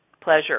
pleasure